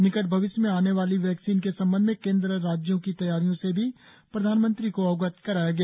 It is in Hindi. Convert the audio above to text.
निकट भविष्य में आने वाली वैक्सीन के संबंध में केन्द्र और राज्यों की तैयारियों से भी प्रधानमंत्री को अवगत कराया गया